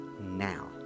now